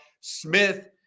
Smith